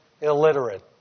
illiterate